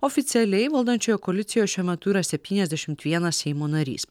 oficialiai valdančiojoje koalicijoje šiuo metu yra septyniasdešimt vienas seimo narys